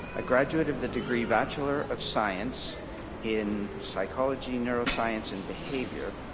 a graduate of the degree bachelor of science in psychology, neuroscience, and behavior,